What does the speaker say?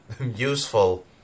useful